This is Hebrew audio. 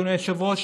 אדוני היושב-ראש,